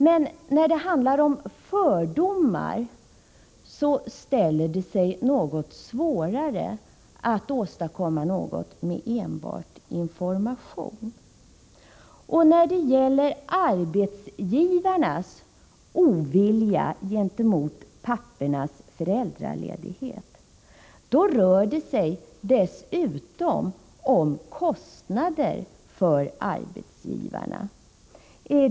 Men när det handlar om fördomar ställer det sig något svårare att åstadkomma någonting med enbart information. När det gäller arbetsgivarnas ovilja mot pappornas föräldraledighet rör det sig dessutom om kostnader för arbetsgivarna.